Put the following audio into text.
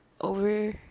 over